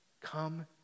come